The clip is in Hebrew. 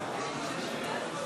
ההצבעה: